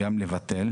גם לבטל